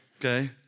Okay